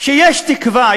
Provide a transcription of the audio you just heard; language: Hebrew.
שיש תקווה,